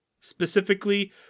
specifically